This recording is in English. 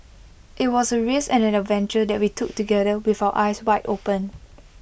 IT was A risk and an adventure that we took together with our eyes wide open